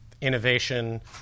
innovation –